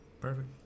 Perfect